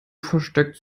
versteckt